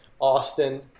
Austin